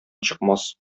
чыкмас